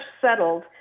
settled